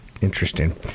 Interesting